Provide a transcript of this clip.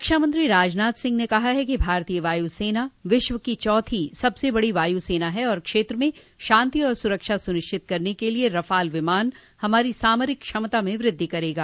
रक्षामंत्री राजनाथ सिंह ने कहा है कि भारतीय वायुसेना विश्व की चौथी सबसे बड़ी वायुसेना है और क्षेत्र में शांति और सुरक्षा सुनिश्चित करने के लिए रफाल विमान हमारी सामरिक क्षमता में वृद्धि करेगा